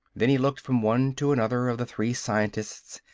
then he looked from one to another of the three scientists,